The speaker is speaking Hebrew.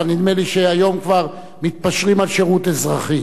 אבל נדמה לי שהיום כבר מתפשרים על שירות אזרחי.